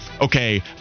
okay